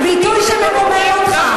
ביטוי, ביטוי שמקומם אותך.